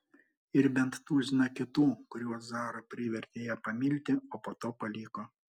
ir bent tuziną kitų kuriuos zara privertė ją pamilti o po to paliko